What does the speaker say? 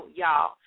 y'all